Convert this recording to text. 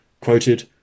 Quoted